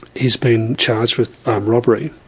he's been charged with armed robbery.